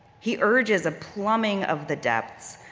he urges a plumbing of the depths,